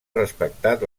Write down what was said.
respectat